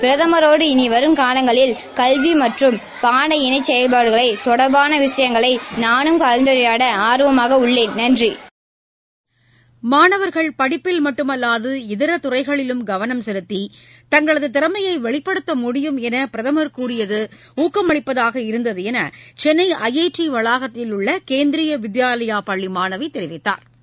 பிரதமமோடு இனி வரும் காலங்களில் கல்வி மற்றும் பாட இணை செயல்பாடுகளில் நூனும் கலந்துரையாட ஆர்வமாக உள்ளேன் நன்றி மாணவர்கள் படிப்பில் மட்டுமல்லாது இதர துறைகளிலும் கவனம் செலுத்தி தங்களது திறமையை வெளிப்படுத்த முடியும் என்று பிரதமா் கூறியது ஊக்கம் அளிப்பதாக இருந்தது சென்னை ஐ டி வளாகத்தில் உள்ள கேந்திரியா வித்யாலயா பள்ளி மாணவி தெரிவித்தாா்